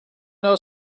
know